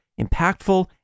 impactful